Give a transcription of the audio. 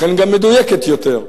לכן גם מדויקת יותר,